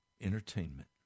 entertainment